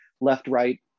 left-right